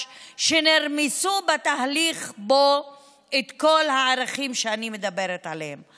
שנרמסו בו בתהליך כל הערכים שאני מדברת עליהם.